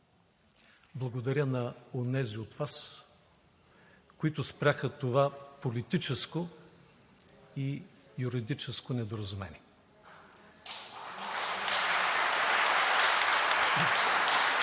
Благодаря на онези от Вас, които спряха това политическо и юридическо недоразумение.